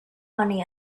money